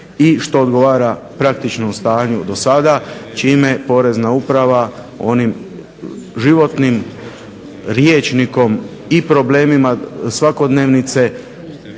i što odgovara praktičnom stanju do sada čime Porezna uprava onim životnim rječnikom i problemima svakodnevice